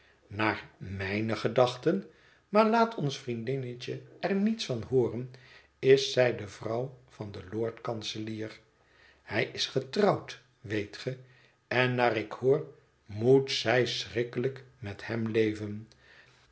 n e gedachte maar laat ons vriendinnetje er niets van hooien is zij de vrouw van den lord-kanselier hij is getrouwd weet ge en naar ik hoor moet zij schrikkelijk met hem leven